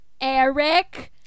Eric